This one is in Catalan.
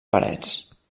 parets